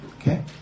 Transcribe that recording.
Okay